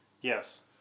Yes